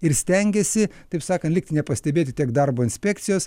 ir stengiasi taip sakant likti nepastebėti tiek darbo inspekcijos